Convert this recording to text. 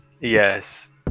yes